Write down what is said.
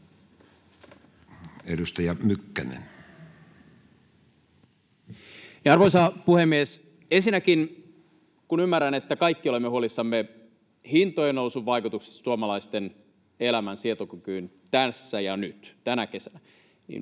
15:44 Content: Arvoisa puhemies! Ensinnäkin, kun ymmärrän, että kaikki olemme huolissamme hintojen nousun vaikutuksesta suomalaisten elämän sietokykyyn tässä ja nyt, tänä kesänä, ja